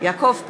יעקב פרי,